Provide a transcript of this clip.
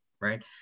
right